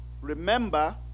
Remember